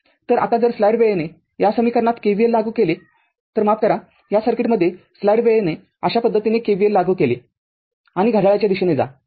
तरआताजर slide वेळेने या समीकरणात KVL लागू केले तर माफ करा या सर्किटमध्ये स्लाइड वेळेने अशा पद्धतीने KVL लागू केले आणि घड्याळाच्या दिशेने जा